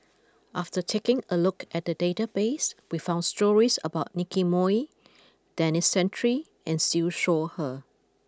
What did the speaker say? after taking a look at the database we found stories about Nicky Moey Denis Santry and Siew Shaw Her